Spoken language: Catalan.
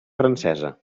francesa